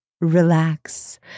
relax